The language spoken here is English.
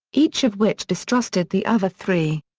each of which distrusted the other three.